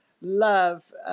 love